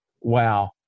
wow